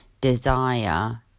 desire